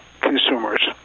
consumers